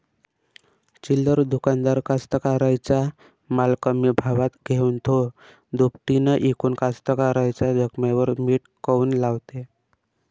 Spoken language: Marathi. चिल्लर दुकानदार कास्तकाराइच्या माल कमी भावात घेऊन थो दुपटीनं इकून कास्तकाराइच्या जखमेवर मीठ काऊन लावते?